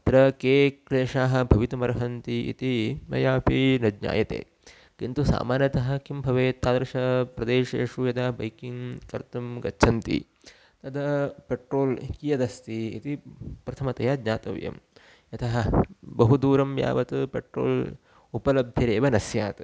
तत्र के क्लेशाः भवितुम् अर्हन्ति इति मयापि न ज्ञायते किन्तु सामान्यतः किं भवेत् तादृश प्रदेशेषु यदा बैकिङ्ग् कर्तुं गच्छन्ति तदा पेट्रोल् कियदस्ति इति प्रथमतया ज्ञातव्यं यतः बहुदूरं यावत् पेट्रोल् उपलब्धिरेव न स्यात्